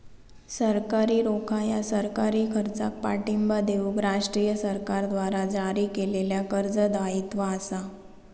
सरकारी रोखा ह्या सरकारी खर्चाक पाठिंबा देऊक राष्ट्रीय सरकारद्वारा जारी केलेल्या कर्ज दायित्व असा